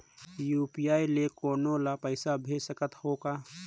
UPI ले कोनो ला पइसा भेज सकत हों का?